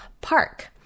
park